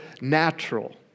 natural